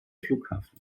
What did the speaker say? flughafen